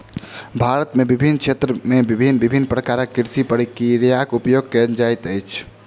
भारत में विभिन्न क्षेत्र में भिन्न भिन्न प्रकारक कृषि प्रक्रियाक उपयोग कएल जाइत अछि